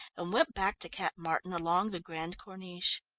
and went back to cap martin along the grande corniche.